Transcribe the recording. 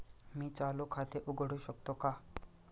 मी चालू खाते उघडू शकतो का?